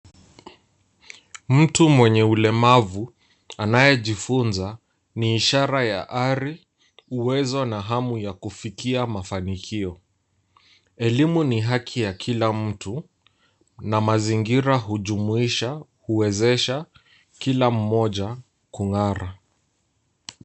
Mtu mwenye ulemavu anayejifunza ni ishara ya ari, uwezo na hamu ya kufikia mafanikio. Elimu ni haki ya kila mtu na mazingira hujumuisha, huwezesha kila mmoja kung'ara.